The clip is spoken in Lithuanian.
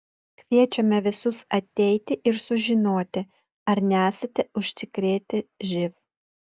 kviečiame visus ateiti ir sužinoti ar nesate užsikrėtę živ